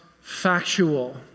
factual